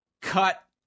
Cut